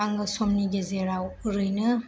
आङो समनि गेजेराव ओरैनो